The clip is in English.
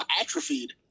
atrophied